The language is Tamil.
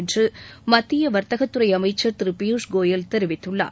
என்று மத்திய வர்த்தகத்துறை அமைச்சர் திரு பியூஷ் கோயல் தெரிவித்துள்ளார்